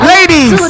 Ladies